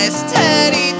steady